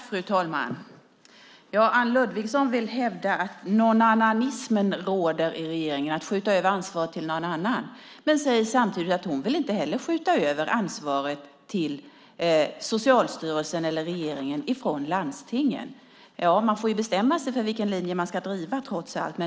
Fru talman! Anne Ludvigsson vill hävda att "nånannanismen" råder i regeringen, att vi skjuter över ansvaret på någon annan, men säger samtidigt att hon inte heller vill skjuta över ansvaret till Socialstyrelsen eller regeringen från landstingen. Man får trots allt bestämma sig för vilken linje man ska driva.